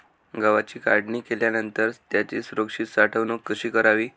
गव्हाची काढणी केल्यानंतर त्याची सुरक्षित साठवणूक कशी करावी?